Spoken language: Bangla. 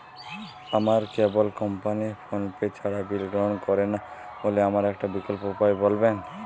আমার কেবল কোম্পানী ফোনপে ছাড়া বিল গ্রহণ করে না বলে আমার একটা বিকল্প উপায় বলবেন?